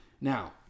Now